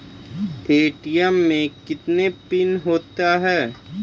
ATM मे कितने pin होता हैं?